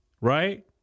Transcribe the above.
right